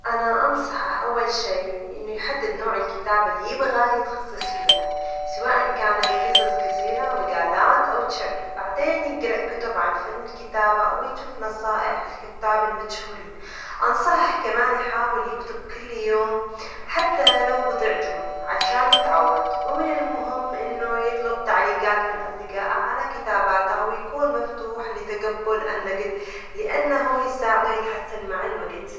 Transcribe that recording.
أنا أنصحه أول شيء إنه يحدد نوع الكتابة اللي يبغى يتخصص فيها، سواء كانت جصص جصيرة أو مجالات أو شعر، بعدين يجرأ كتب عن فن الكتابة أو يشوف نصائح الكتاب المشهورين، أنصح كمان يحاول يكتب كل يوم حتى لو بضع جمل عشان يتعود، ومن المهم إنه يطلب تعليجات من أصدجائه على كتاباته ويكون مفتوحًا لتجبل النجد؛ لأنه يساعده يتحسن مع الوقت.